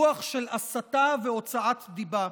רוח של הסתה והוצאת דיבה.